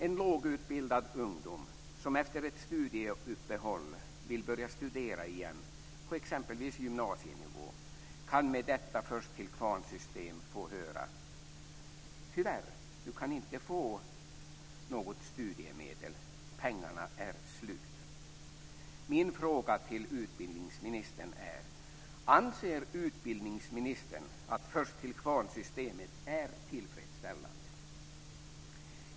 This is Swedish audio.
En lågutbildad ung människa som efter ett studieuppehåll vill börja studera igen på exempelvis gymnasienivå kan med detta först-till-kvarn-system få höra: Tyvärr, du kan inte få något studiemedel, pengarna är slut.